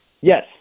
Yes